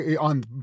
on